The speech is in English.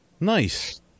Nice